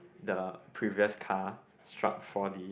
the previous car struck four D